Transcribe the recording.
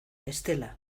estela